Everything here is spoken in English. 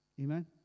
Amen